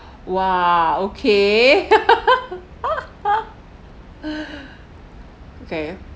!wah! okay okay